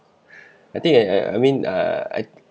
I think I I mean err I